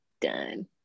done